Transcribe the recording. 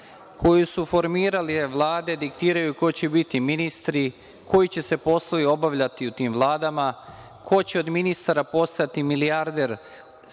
koji su formirali vlade, diktiraju ko će biti ministri, koji će se poslovi obavljati u tim vladama, ko će od ministara postati milijarder